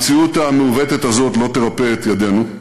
המציאות המעוותת הזו לא תרפה את ידינו.